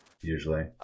Usually